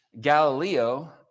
Galileo